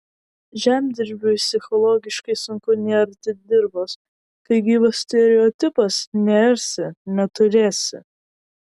žemdirbiui psichologiškai sunku nearti dirvos kai gyvas stereotipas nearsi neturėsi